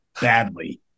badly